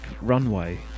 Runway